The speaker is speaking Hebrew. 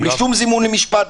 בלי שום זימון למשפט,